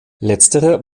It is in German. letztere